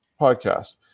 podcast